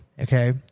Okay